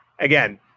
again